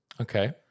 Okay